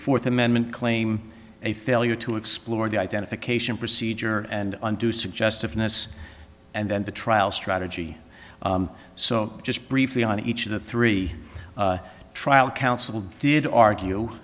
fourth amendment claim a failure to explore the identification procedure and undue suggestiveness and then the trial strategy so just briefly on each of the three trial counsel did argue